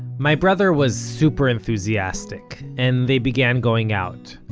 my brother was super enthusiastic, and they began going out.